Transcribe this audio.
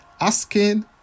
asking